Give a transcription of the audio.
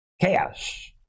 chaos